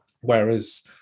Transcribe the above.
whereas